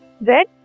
red